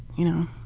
you know.